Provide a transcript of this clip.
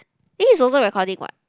this is also recording what